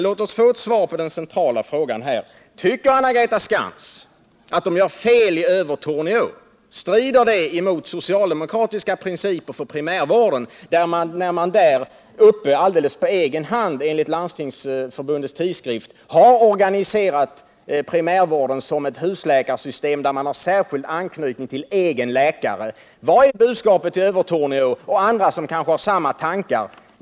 Låt oss få ett svar på den centrala frågan: Tycker Anna-Greta Skantz att de gör fel i Övertorneå? Strider det mot socialdemokratiska principer för primärvården, när man där uppe alldeles på egen hand, enligt Landstingsförbundets tidskrift, har organiserat primärvården som ett husläkarsystem, där man har särskild knytning till egen läkare? Vad är budskapet i Övertorneå och hos andra som kanske har samma tankar?